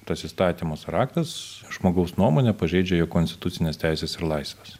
tas įstatymas raktas žmogaus nuomone pažeidžia jo konstitucines teises ir laisves